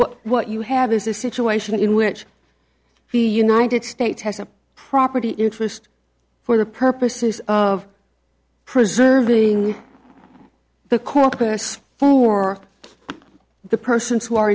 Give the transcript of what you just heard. at what you have is a situation in which the united states has a property interest for the purposes of preserving the corpus for the persons who are